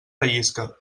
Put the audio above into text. rellisca